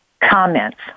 comments